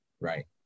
Right